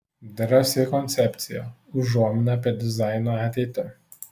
drąsi koncepcija užuomina apie dizaino ateitį